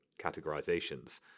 categorizations